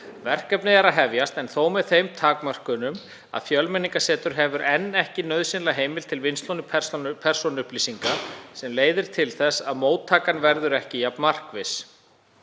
Verkefnið er að hefjast en þó með þeim takmörkunum að Fjölmenningarsetur hefur enn ekki nauðsynlega heimild til vinnslu persónuupplýsinga sem leiðir til þess að móttakan verður ekki jafn markviss.